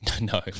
No